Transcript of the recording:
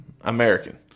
American